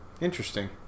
Interesting